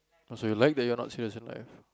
but so you like that you're not serious in life